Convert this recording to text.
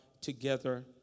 together